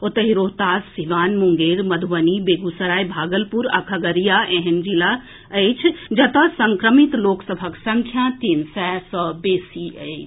ओतहि रोहतास सीवान मुंगेर मधुबनी बेगूसराय भागलपुर आ खगड़िया एहेन जिला अछि जतऽ संक्रमित लोक सभक संख्या तीन सय सऽ बेसी अछि